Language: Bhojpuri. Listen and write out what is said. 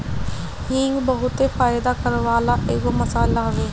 हिंग बहुते फायदा करेवाला एगो मसाला हवे